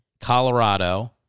Colorado